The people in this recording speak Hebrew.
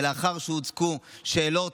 ולאחר שהוצגו שאלות,